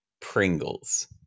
Pringles